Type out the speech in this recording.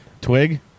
Twig